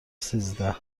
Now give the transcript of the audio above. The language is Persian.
سیزده